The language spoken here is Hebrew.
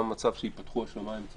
גם במצב שייפתחו השמים.